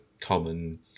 common